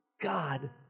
God